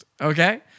okay